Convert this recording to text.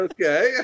Okay